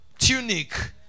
tunic